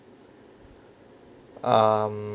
um